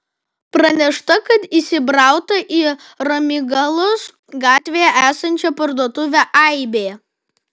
pranešta kad įsibrauta į ramygalos gatvėje esančią parduotuvę aibė